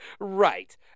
Right